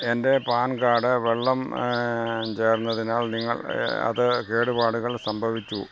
എൻ്റെ PAN card വെള്ളം ചേർന്നതിനാൽ നിങ്ങൾ അത് കേടുപാടുകൾ സംഭവിച്ചു